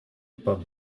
pomme